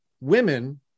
women